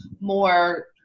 more